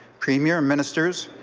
premier, ministers,